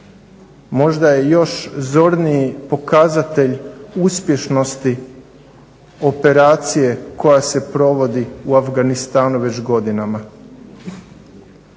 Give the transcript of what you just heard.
možda je još zorniji pokazatelj uspješnosti operacije koja se provodi u Afganistanu već godinama.